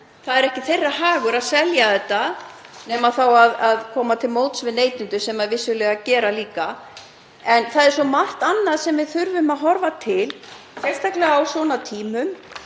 Það er ekki þeirra hagur að selja þetta nema þá að koma til móts við neytendur sem þær vissulega gera líka. En það er svo margt annað sem við þurfum að horfa til, sérstaklega á svona tímum,